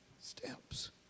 steps